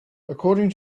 according